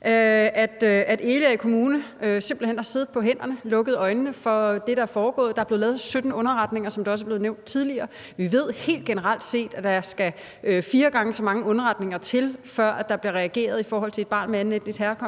at Egedal Kommune simpelt hen har siddet på hænderne og har lukket øjnene for det, der er foregået. Der er blevet lavet 17 underretninger, som det også er blevet nævnt tidligere. Vi ved helt generelt set, at der skal fire gange så mange underretninger til, før der bliver reageret i forhold til et barn af anden etnisk herkomst